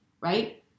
right